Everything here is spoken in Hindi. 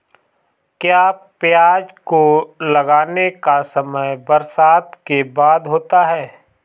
क्या प्याज को लगाने का समय बरसात के बाद होता है?